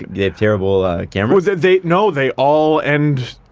they have terrible cameras? they they no, they all end.